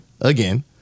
again